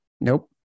Nope